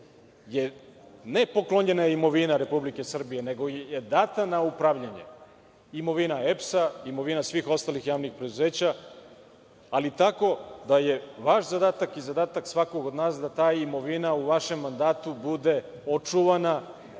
je ne poklonjena imovina Republike Srbije, nego je data na upravljanje imovina EPS-a, imovina svih ostalih javnih preduzeća, ali tako da je vaš zadatak i zadatak svakog od nas da ta imovina, u vašem mandatu, bude očuvana